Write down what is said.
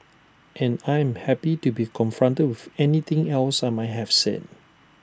and I'm happy to be confronted with anything else I might have said